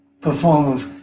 performers